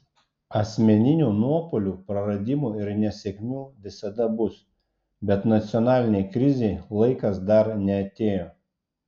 asmeninių nuopuolių praradimų ir nesėkmių visada bus bet nacionalinei krizei laikas dar neatėjo